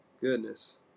Goodness